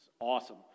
awesome